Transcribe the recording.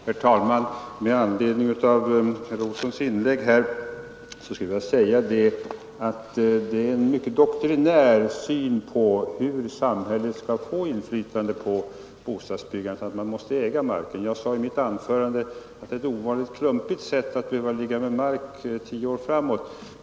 Herr talman! Med anledning av herr Olssons inlägg skulle jag vilja säga att detta att samhället måste äga marken är en mycket doktrinär syn på hur samhället skall få inflytande på bostadsbyggandet. Jag sade i mitt tidigare anförande att det är ett ovanligt klumpigt sätt att behöva ligga med mark tio år framåt.